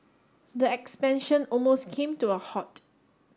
the expansion almost came to a halt